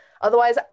Otherwise